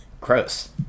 Gross